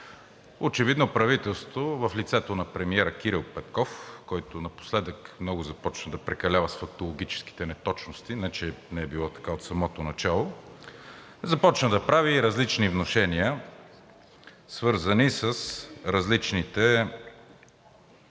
очевидно правителството, в лицето на премиера Кирил Петков, който напоследък много започна да прекалява с фактологическите неточности, не че не е било така от самото начало, започна да прави различни внушения, свързани с различните